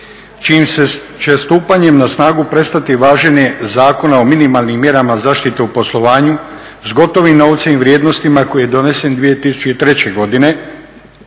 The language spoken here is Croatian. čijim će stupanjem na snagu prestati važenje Zakona o minimalnim mjerama zaštite u poslovanju s gotovim novcem i vrijednostima koji je donesen 2003. godine